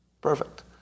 Perfect